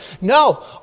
No